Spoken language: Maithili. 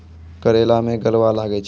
करेला मैं गलवा लागे छ?